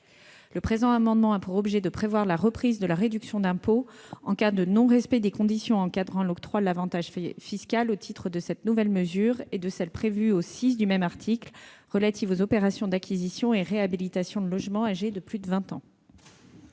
Le présent amendement a pour objet de prévoir la reprise de la réduction d'impôt en cas de non-respect des conditions encadrant l'octroi de l'avantage fiscal au titre de cette nouvelle mesure et de celle, relative aux opérations d'acquisition et réhabilitation de logements de plus de vingt